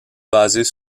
basés